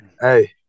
Hey